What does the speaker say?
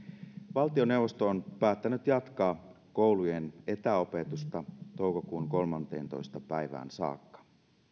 valtioneuvosto on päättänyt jatkaa koulujen etäopetusta toukokuun kolmanteentoista päivään saakka